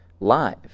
Live